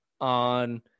on